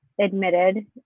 admitted